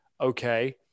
okay